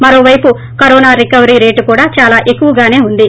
మరోవైపు corona recovery rate కూడా చాలా ఎక్కువగానే ఉంది